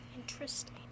Interesting